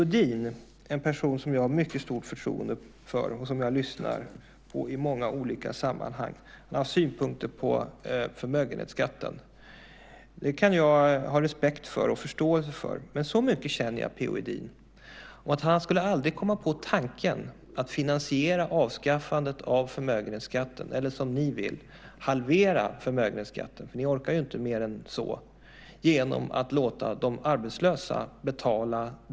Edin, en person som jag har mycket stort förtroende för och lyssnar på i många olika sammanhang, har synpunkter på förmögenhetsskatten. Det kan jag ha respekt och förståelse för. Men så mycket känner jag P.-O. Edin att han aldrig skulle komma på tanken att finansiera avskaffandet av förmögenhetsskatten - eller som ni vill halverandet, för ni orkar ju inte mer än så - genom att låta de arbetslösa betala.